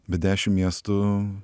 bet dešim miestų